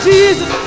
Jesus